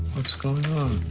what's going